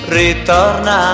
ritorna